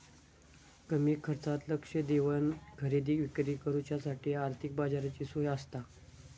कमी खर्चात लक्ष देवन खरेदी विक्री करुच्यासाठी आर्थिक बाजाराची सोय आसता